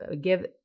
give